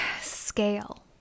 Scale